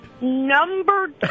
Number